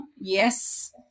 yes